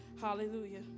Hallelujah